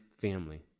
family